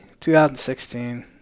2016